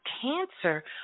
cancer